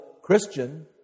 Christian